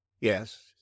Yes